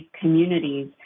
communities